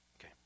Okay